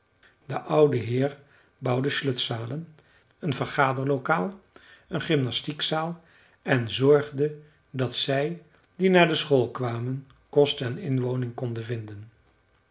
de oude heer bouwde slöjdzalen een vergaderlokaal een gymnastiekzaal en zorgde dat zij die naar de school kwamen kost en inwoning konden vinden